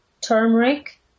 turmeric